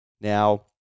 Now